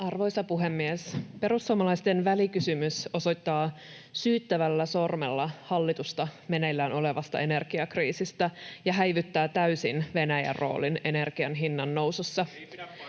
Arvoisa puhemies! Perussuomalaisten välikysymys osoittaa syyttävällä sormella hallitusta meneillään olevasta energiakriisistä ja häivyttää täysin Venäjän roolin energian hinnan nousussa.